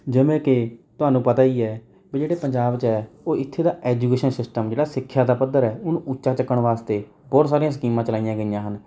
ਜਿਵੇਂ ਕਿ ਤੁਹਾਨੂੰ ਪਤਾ ਹੀ ਹੈ ਵੀ ਜਿਹੜੇ ਪੰਜਾਬ 'ਚ ਹੈ ਉਹ ਇੱਥੇ ਦਾ ਐਜੂਕੇਸ਼ਨ ਸਿਸਟਮ ਜਿਹੜਾ ਸਿੱਖਿਆ ਦਾ ਪੱਧਰ ਹੈ ਉਹਨੂੰ ਉੱਚਾ ਚੱਕਣ ਵਾਸਤੇ ਬਹੁਤ ਸਾਰੀਆਂ ਸਕੀਮਾਂ ਚਲਾਈਆਂ ਗਈਆਂ ਹਨ